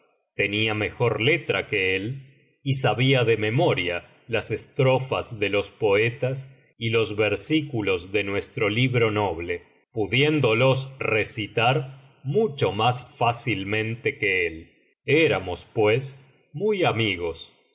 tenía mejor letra que él y sabía de memoria las estrofas de los poetas y los versículos de nuestro libro noble pudiéndolos recitar mucho más fácilmente que él éramos pues muy amigos